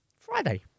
Friday